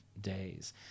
days